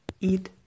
eat